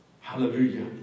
Hallelujah